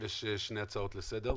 יש שתי הצעות לסדר,